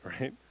right